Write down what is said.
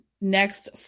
next